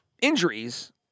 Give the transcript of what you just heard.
injuries